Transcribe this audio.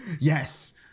Yes